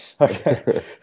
Okay